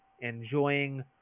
enjoying –